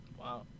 Wow